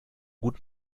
gut